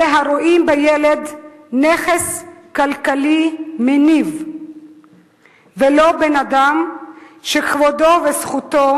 אלה הרואים בילד נכס כלכלי מניב ולא בן-אדם שכבודו וזכותו